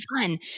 fun